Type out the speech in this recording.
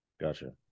Gotcha